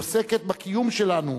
עוסקת בקיום שלנו,